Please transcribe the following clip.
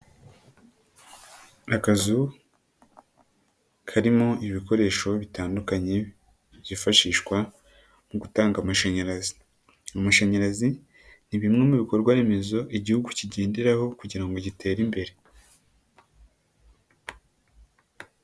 Akazu, karimo ibikoresho bitandukanye, byifashishwa mu gutanga amashanyarazi. Amashanyarazi ni bimwe mu bikorwaremezo igihugu kigenderaho kugira ngo gitere imbere.